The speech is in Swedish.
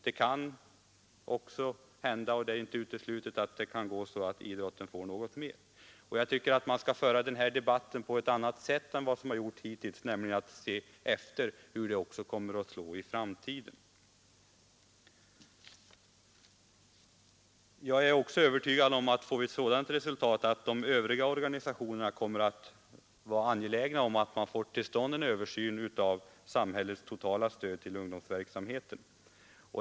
Det är inte helt uteslutet att det kan gå så att idrotten får något mer. Jag tycker att man skall föra den här debatten på ett annat sätt än hittills; dvs. att man skall se efter hur det också kommer att slå i framtiden. Jag är också övertygad om att de övriga organisationerna kommer att vara angelägna om att man får till stånd en översyn av samhällets totala stöd till ungdomsverksamheten.